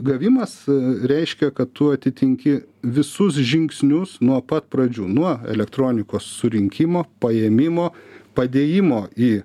gavimas reiškia kad tu atitinki visus žingsnius nuo pat pradžių nuo elektronikos surinkimo paėmimo padėjimo į